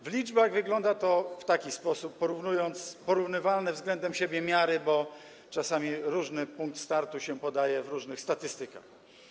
W liczbach wygląda to w taki oto sposób, porównując porównywalne względem siebie miary, bo czasami różny punkt startu się podaje w różnych statystykach.